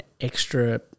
extra